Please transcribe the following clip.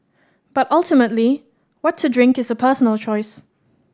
but ultimately what to drink is a personal choice